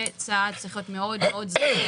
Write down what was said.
זה צעד שצריך להיות מאוד זהיר.